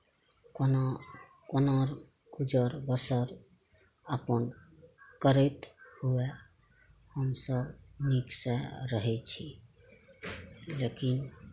कोना कोना गुजर बसर अपन करैत हुए हमसब नीक सऽ रहै छी लेकिन